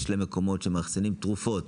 יש להם מקומות שהם מאחסנים תרופות